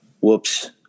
whoops